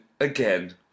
again